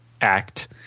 Act